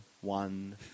one